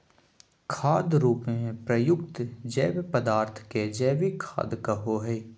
खाद रूप में प्रयुक्त जैव पदार्थ के जैविक खाद कहो हइ